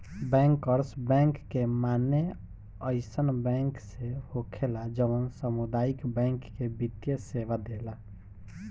bankers bank के माने अइसन बैंक से होखेला जवन सामुदायिक बैंक के वित्तीय सेवा देला